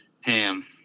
Ham